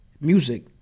music